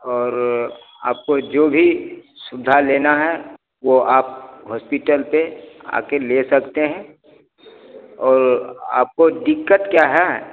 और आपको जो भी सुविधा लेनी है वह आप हॉस्पिटल पर आकर ले सकते हैं और आपको दिक्कत क्या है